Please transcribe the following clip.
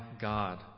God